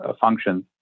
functions